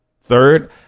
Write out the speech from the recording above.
Third